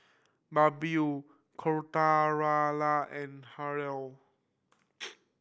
Birbal Koratala and Hri